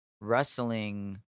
wrestling